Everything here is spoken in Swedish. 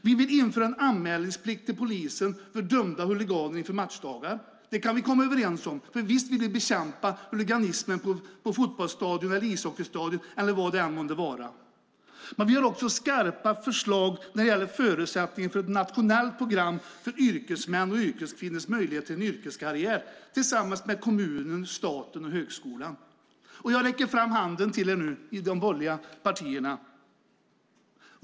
Vi vill införa en anmälningsplikt till polisen för dömda huliganer inför matchdagar. Det kan vi komma överens om. Visst vill vi bekämpa huliganismen på fotbollsstadion, ishockeystadion eller var det än månde vara. Vi har också skarpa förslag när det gäller förutsättningen för ett nationellt program för idrottsmän och idrottskvinnors möjlighet till en yrkeskarriär tillsammans med kommunen, staten och högskolan. Jag räcker nu fram handen till er i de borgerliga partierna.